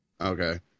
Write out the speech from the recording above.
Okay